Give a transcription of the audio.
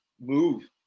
move